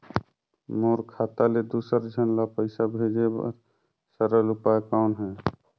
मोर खाता ले दुसर झन ल पईसा भेजे बर सरल उपाय कौन हे?